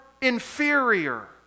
inferior